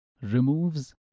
removes